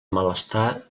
malestar